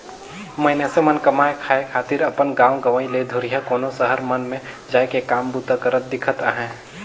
मइनसे मन कमाए खाए खातिर अपन गाँव गंवई ले दुरिहां कोनो सहर मन में जाए के काम बूता करत दिखत अहें